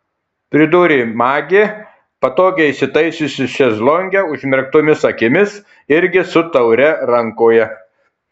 pridūrė magė patogiai įsitaisiusi šezlonge užmerktomis akimis irgi su taure rankoje